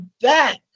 back